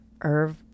Irv